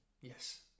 Yes